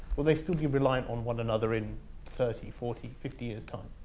will they still be relying on one another in thirty, forty, fifty years' time?